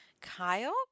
Kyle